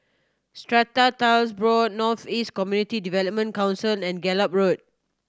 Strata Titles Board North East Community Development Council and Gallop Road